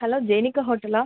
hello ஜேனிக்கா ஹோட்டலா